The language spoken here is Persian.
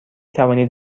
توانید